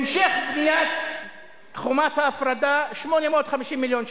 המשך בניית חומת ההפרדה, 850 מיליון שקל,